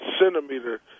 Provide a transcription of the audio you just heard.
centimeter